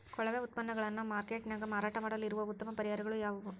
ಕೊಳೆವ ಉತ್ಪನ್ನಗಳನ್ನ ಮಾರ್ಕೇಟ್ ನ್ಯಾಗ ಮಾರಾಟ ಮಾಡಲು ಇರುವ ಉತ್ತಮ ಪರಿಹಾರಗಳು ಯಾವವು?